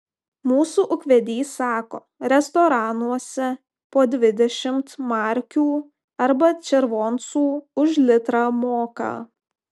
mūsų ūkvedys sako restoranuose po dvidešimt markių arba červoncų už litrą moka